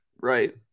Right